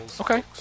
Okay